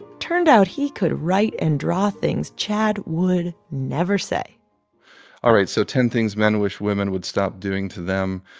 turned out he could write and draw things chad would never say all right, so ten things men wish women would stop doing to them.